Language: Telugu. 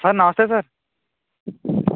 సార్ నమస్తే సార్